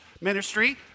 ministry